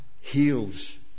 heals